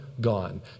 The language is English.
gone